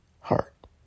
heart